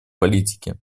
политике